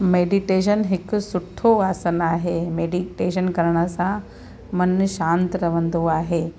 meditation हिकु सुठो आसन आहे मेडीटेशन करण सां मनु शांत रहंदो आहे